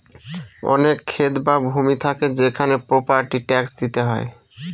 অনেক ক্ষেত বা ভূমি থাকে সেখানে প্রপার্টি ট্যাক্স দিতে হয়